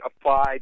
applied